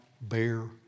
bear